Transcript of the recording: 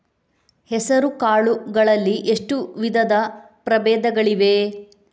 ಹೆಸರುಕಾಳು ಗಳಲ್ಲಿ ಎಷ್ಟು ವಿಧದ ಪ್ರಬೇಧಗಳಿವೆ?